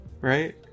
Right